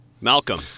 Malcolm